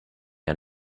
and